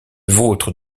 vôtre